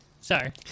Sorry